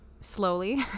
slowly